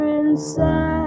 inside